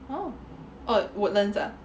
oh oh at Woodlands ah